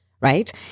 right